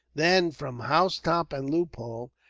then, from housetop and loophole,